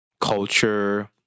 culture